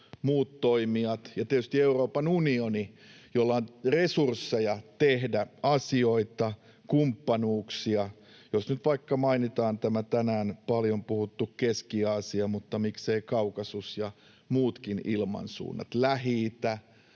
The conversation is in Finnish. muut toimijat ja tietysti Euroopan unioni, jolla on resursseja tehdä asioita, kumppanuuksia, jos nyt vaikka mainitaan tämä tänään paljon puhuttu Keski-Aasia mutta miksei Kaukasus ja muutkin ilmansuunnat, Lähi-itä,